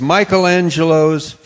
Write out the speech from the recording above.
Michelangelo's